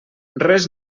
res